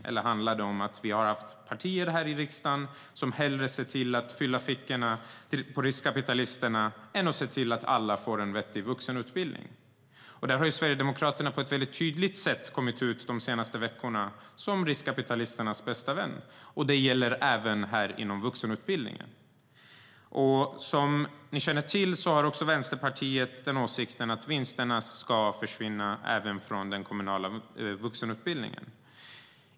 Eller handlar det om att partier här i riksdagen hellre ser till att fylla fickorna på riskkapitalisterna än att se till att alla får en vettig vuxenutbildning? Sverigedemokraterna har på ett väldigt tydligt sätt under de senaste veckorna kommit ut som riskkapitalisternas bästa vän. Det gäller även inom vuxenutbildningen. Som ni känner till har Vänsterpartiet den åsikten att vinsterna ska försvinna även från den kommunala vuxenutbildningen.